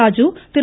Raju Thiru